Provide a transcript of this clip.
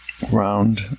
round